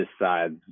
decides